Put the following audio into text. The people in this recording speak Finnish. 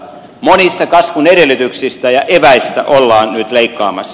monista kasvun edellytyksistä ja eväistä ollaan nyt leikkaamassa